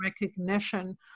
recognition